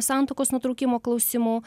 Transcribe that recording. santuokos nutraukimo klausimų